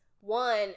one